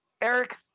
Eric